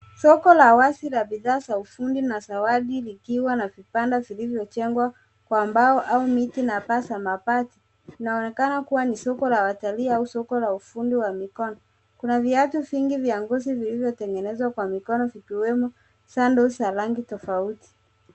Soko la wazi la bidhaa za ufundi na zawadi likiwa na vibanda zilizojengwa kwa mbao au miti na paa za mabati. Linaonekana kuwa ni soko la watalii au soko la ufundi wa mikono. Kuna viatu vingi vya ngozi vilivyotengenezwa kwa mikono vikiwemo sandles za rangi tofauti.